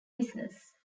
business